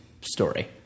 story